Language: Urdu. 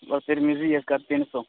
اور ترمذی اس کا تین سو